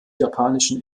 japanischen